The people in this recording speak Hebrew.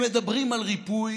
הם מדברים על ריפוי,